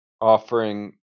offering